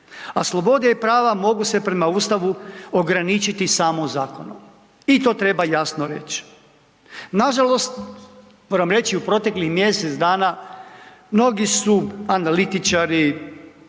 a slobode i prava mogu se prema Ustavu ograničiti samo zakonom i to treba jasno reći. Nažalost, moram reći u proteklih mjesec dana mnogi su analitičari,